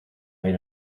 made